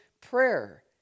prayer